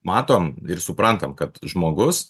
matom ir suprantam kad žmogus